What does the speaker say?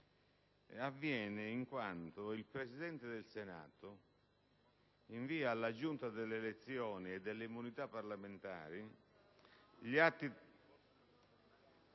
in base al quale il Presidente del Senato invia alla Giunta delle elezioni e delle immunità parlamentari gli atti